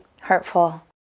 hurtful